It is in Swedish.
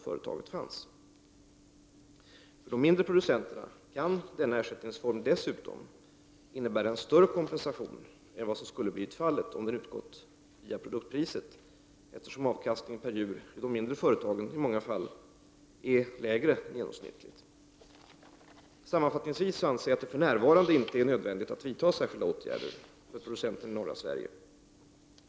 För de mindre producenterna kan denna ersättningsform dessutom innebära en större kompensation än vad som skulle ha blivit fallet om den hade utgått via produktpriset, eftersom avkastningen per djur i de mindre företagen i många fall är lägre än genomsnittet. Sammanfattningsvis anser jag att det för närvarande inte är nödvändigt att vidta särskilda åtgärder för producenterna i norra Sverige.